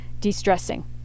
de-stressing